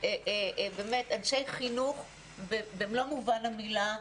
באמת אנשי חינוך במלוא מובן המילה,